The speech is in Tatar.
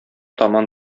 таман